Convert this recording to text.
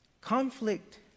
conflict